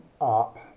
up